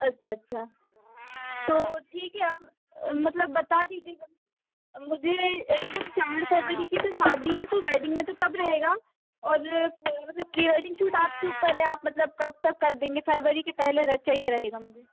अच्छा अच्छा तो ठीक है आप मतलब बता दीजिएगा मुझे मतलब चार फरवरी की तो शादी है तो वैडिंग में तो तब रहेगा और प मतलब प्री वेडिंग सूट आपके ऊपर है आप मतलब कब तक कर देंगे फरवरी के पहले र चाहिए रहेगा मुझे